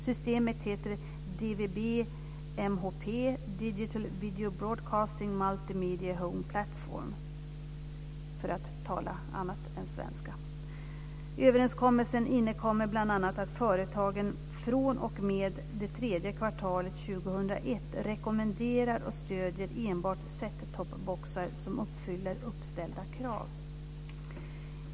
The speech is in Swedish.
Systemet heter DVB-MHP, Digital för att tala annat än svenska. Överenskommelsen innebär bl.a. att företagen fr.o.m. det tredje kvartalet 2001 rekommenderar och stöder enbart de set topboxar som uppfyller uppställda krav.